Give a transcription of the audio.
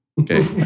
Okay